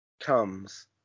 Comes